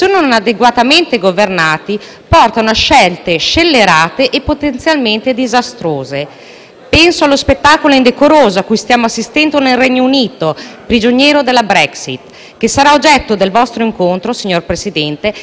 Penso allo spettacolo indecoroso a cui stiamo assistendo nel Regno Unito, prigioniero della Brexit, che sarà oggetto del vostro incontro, signor Presidente, e che dovrebbe rappresentare un monito per noi che abbiamo l'onore e l'onere di rappresentare i nostri cittadini.